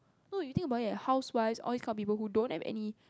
no you think about it housewife all these kinds of people who don't have any